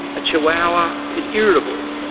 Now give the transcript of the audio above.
a chihuahua is irritable.